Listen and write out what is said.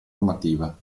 normativa